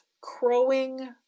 crowing